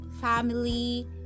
family